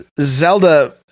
Zelda